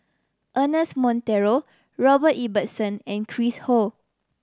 Ernest Monteiro Robert Ibbetson and Chris Ho